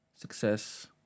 success